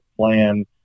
plan